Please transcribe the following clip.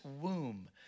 womb